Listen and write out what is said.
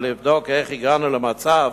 ולבדוק איך הגענו למצב